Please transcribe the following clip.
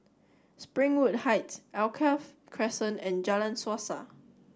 Springwood Heights Alkaff Crescent and Jalan Suasa